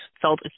felt